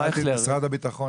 הרב אייכלר,